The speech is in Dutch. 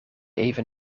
even